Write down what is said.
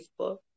Facebook